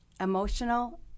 emotional